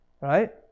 Right